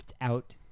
out